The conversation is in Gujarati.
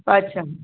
અચ્છા